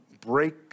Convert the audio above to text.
break